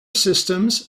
systems